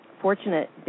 fortunate